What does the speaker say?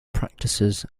practices